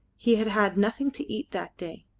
he had had nothing to eat that day,